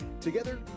Together